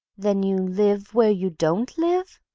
then you live where you don't live?